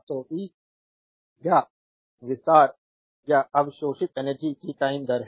तो पी या विस्तार या अवशोषित एनर्जी की टाइम दर है